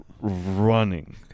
running